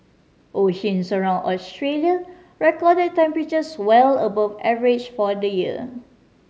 oceans around Australia recorded temperatures well above average for the year